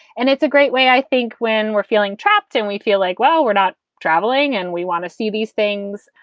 and it's a great way, i think, when we're feeling trapped and we feel like, well, we're not traveling and we want to see these things,